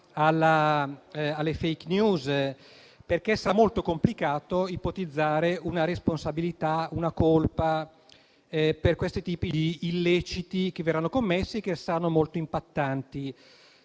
alle *fake news.* Sarà infatti molto complicato ipotizzare una responsabilità o una colpa per questi tipi di illeciti che verranno commessi, che saranno molto impattanti.